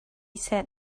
said